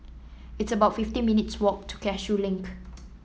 It's about fifty minutes' walk to Cashew Link